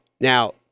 now